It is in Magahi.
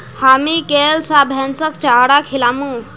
हामी कैल स भैंसक चारा खिलामू